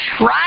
right